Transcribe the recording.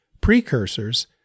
precursors